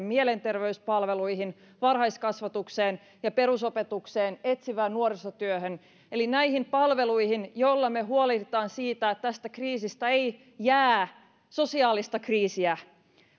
mielenterveyspalveluihin varhaiskasvatukseen ja perusopetukseen ja etsivään nuorisotyöhön eli näihin palveluihin joilla me huolehdimme siitä että tästä kriisistä ei jää sosiaalista kriisiä